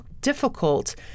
difficult